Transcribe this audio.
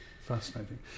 Fascinating